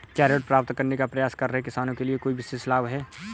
क्या ऋण प्राप्त करने का प्रयास कर रहे किसानों के लिए कोई विशेष लाभ हैं?